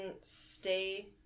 stay